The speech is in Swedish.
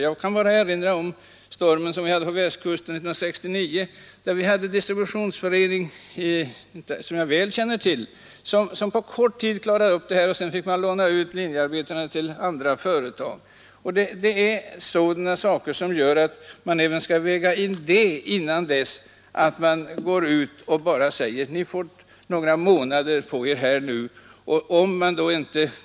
Jag kan erinra om stormen på Västkusten 1969, där en distributionsförening som jag väl känner till på kort tid klarade upp problemen. Sedan lånades dessa linjearbetare ut till andra företag. Sådana saker bör också vägas in i sammanhanget, innan man går ut och säger att distributionsföreningarna får ytterligare några månaders koncession.